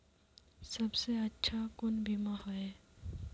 सबसे अच्छा कुन बिमा होय?